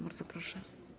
Bardzo proszę.